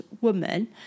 woman